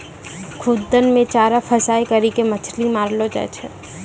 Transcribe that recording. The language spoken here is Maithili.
खुद्दन मे चारा फसांय करी के मछली मारलो जाय छै